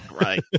Right